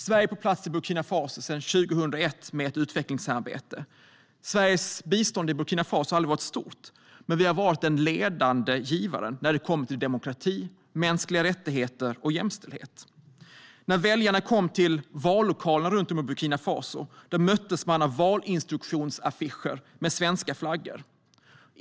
Sverige är på plats med ett utvecklingssamarbete i Burkina Faso sedan 2001. Sveriges bistånd till Burkina Faso har aldrig varit stort, men vi har varit den ledande givaren när det kommer till demokrati, mänskliga rättigheter och jämställdhet. När väljarna för två veckor sedan kom till vallokalen möttes de med valinstruktionsaffischer med svenska flaggor.